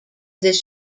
this